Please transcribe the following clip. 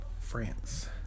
France